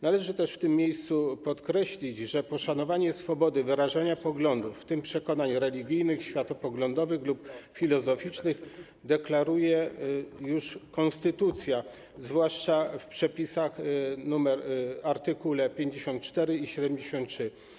Należy też w tym miejscu podkreślić, że poszanowanie swobody wyrażania poglądów, w tym przekonań religijnych, światopoglądowych lub filozoficznych, deklaruje już konstytucja, zwłaszcza w przepisach art. 54 i art. 73.